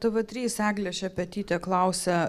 tv trys eglė šepetytė klausia